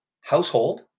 household